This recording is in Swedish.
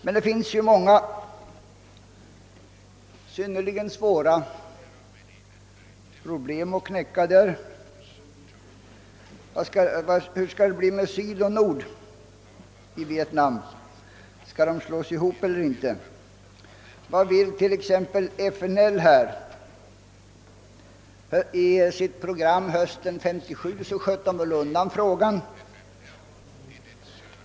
Där finns emellertid många synnerligen svåra problem att knäcka. Hur skall det bli med Sydoch Nordvietnam? Skall de slås ihop eller inte? Vad vill t.ex. FNL i det fallet? I sitt program 1967 sköt man undan den frågan.